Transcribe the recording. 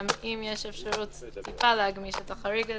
אם יש אפשרות טיפה להגמיש את החריג הזה,